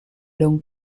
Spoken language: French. long